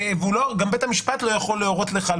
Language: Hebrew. וגם בית המשפט לא יכול להורות לך על